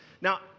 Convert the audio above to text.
Now